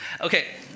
okay